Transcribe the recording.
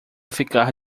ficar